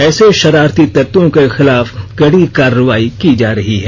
ऐसे शरारती तत्वों के खिलाफ कड़ी कार्रवाई की जा रही रही है